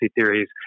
theories